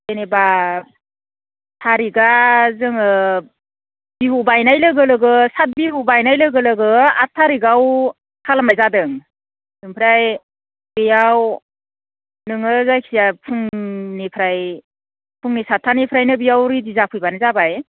जेनेबा थारिकआ जोङो बिहु बायनाय लोगो लोगो सात बिहु बायनाय लोगो लोगो आट थारिखआव खालामनाय जादों आमफ्राय बेयाव नोङो जायखिजाया फुंनिफ्राय फुंनि साछथानिफ्रायनो बेयाव रेडि जाफैबानो जाबाय